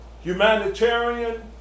humanitarian